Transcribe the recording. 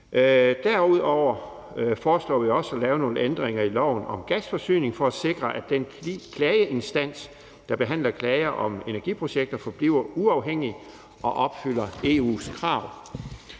Derudover foreslår vi også at lave nogle ændringer i loven om gasforsyning for at sikre, at den klageinstans, der behandler klager om energiprojekter, forbliver uafhængig og opfylder EU's krav.